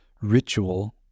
ritual